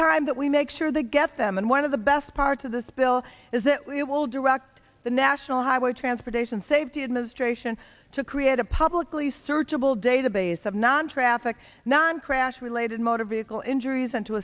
time that we make sure they get them and one of the best parts of this bill is that we will direct the national highway transportation safety administration to create a publicly searchable database of non traffic non crash related motor vehicle injuries and to